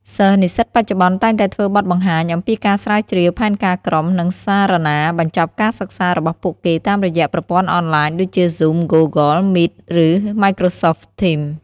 សិស្សនិស្សិតបច្ចុប្បន្នតែងតែធ្វើបទបង្ហាញអំំពីការស្រាវជ្រាវ ផែនការក្រុម និង សារាណាបញ្ចប់ការសិក្សារបស់ពួកគេតាមរយៈប្រព័ន្ធអនឡាញដូចជា Zoom Google Meet ឬ Microsoft Teams។